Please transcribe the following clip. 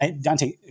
Dante